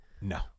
No